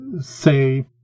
say